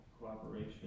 cooperation